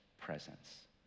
presence